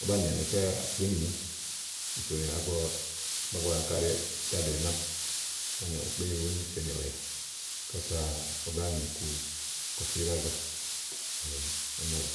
ówó be nì anikɛ́ɛ́ ákpé ínìwù nì fè úyà igbɔ ábua áŋka ɖèé ɖe áàɖo ɛnɛ́ àámi, Ùú banìi àkpé ínìwù be ni ƒè uyà kása owó báa ŋè iku kɔsíɖázà. yá úni ɖià lɔ.